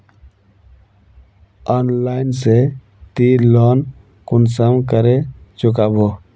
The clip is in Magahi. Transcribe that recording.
ऑनलाइन से ती लोन कुंसम करे चुकाबो?